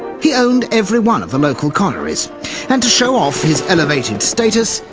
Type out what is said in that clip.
he owned every one of the local collieries and to show off his elevated status,